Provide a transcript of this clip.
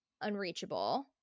Unreachable